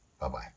Bye-bye